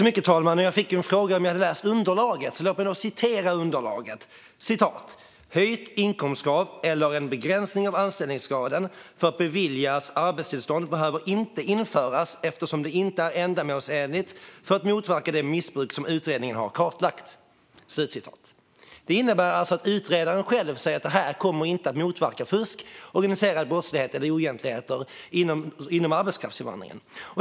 Fru talman! Jag fick frågan om jag läst underlaget. Låt mig därför citera ur underlaget: "Höjt inkomstkrav eller en begränsning av anställningsgraden för att beviljas arbetstillstånd behöver inte införas eftersom det inte är ändamålsenligt för att motverka det missbruk som utredningen har kartlagt." Det innebär alltså att utredaren själv säger att detta inte kommer att motverka fusk, organiserad brottslighet eller oegentligheter inom arbetskraftsinvandringen.